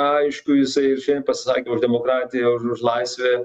aišku jisai ir šiandien pasisakė už demokratiją už už laisvę